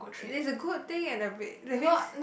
it is a good thing and a bit does his